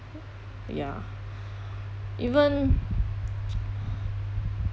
ya even